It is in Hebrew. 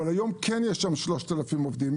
אבל היום כן יש שם 3,000 עובדים,